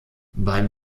beim